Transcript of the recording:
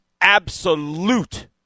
absolute